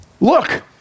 Look